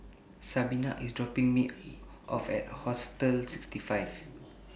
Sabina IS dropping Me off At Hostel sixty five